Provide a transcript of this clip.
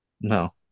No